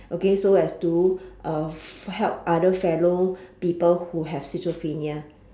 okay so as to uh help other fellow people who have schizophrenia